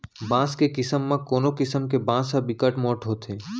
बांस के किसम म कोनो किसम के बांस ह बिकट मोठ होथे